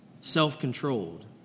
self-controlled